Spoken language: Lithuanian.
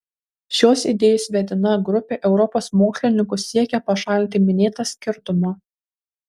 šios idėjos vedina grupė europos mokslininkų siekia pašalinti minėtą skirtumą